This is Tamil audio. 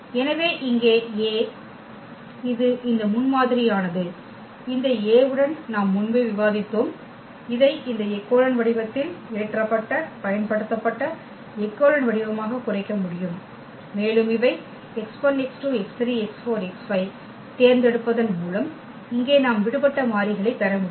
எனவே இங்கே A இது இந்த முன்மாதிரியானது இந்த A உடன் நாம் முன்பே விவாதித்தோம் இதை இந்த எச்செலோன் வடிவத்தில் ஏற்றப்பட்ட பயன்படுத்தப்பட்ட எக்கெலோன் வடிவமாகக் குறைக்க முடியும் மேலும் இவை தேர்ந்தெடுப்பதன் மூலம் இங்கே நாம் விடுபட்ட மாறிகளை பெறமுடியும்